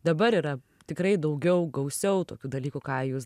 dabar yra tikrai daugiau gausiau tokių dalykų ką jūs